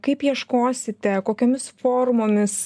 kaip ieškosite kokiomis formomis